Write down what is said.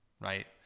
right